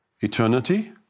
eternity